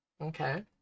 Okay